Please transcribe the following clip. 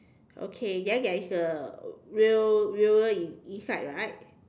okay then there is a wheel wheeler inside right